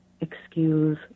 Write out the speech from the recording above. excuse